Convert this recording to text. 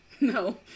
No